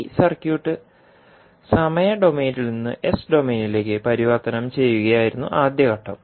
ഈ സർക്യൂട്ട് സമയ ഡൊമെയ്നിൽ നിന്ന് എസ് ഡൊമെയ്നിലേക്ക് പരിവർത്തനം ചെയ്യുകയായിരുന്നു ആദ്യ ഘട്ടം